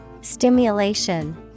Stimulation